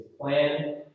plan